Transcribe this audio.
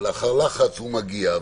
ולאחר לחץ הוא מגיע,